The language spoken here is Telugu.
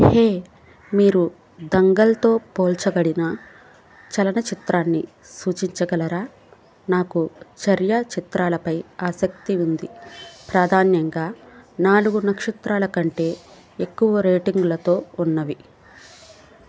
హే మీరు దంగల్తో పోల్చబడిన చలనచిత్రాన్ని సూచించగలరా నాకు చర్యా చిత్రాలపై ఆసక్తి ఉంది ప్రాధాన్యంగా నాలుగు నక్షత్రాలకంటే ఎక్కువ రేటింగ్లతో ఉన్నవి